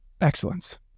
excellence